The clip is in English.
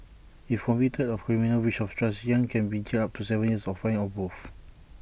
if convicted of criminal breach of trust yang can be jailed up to Seven years or fined or both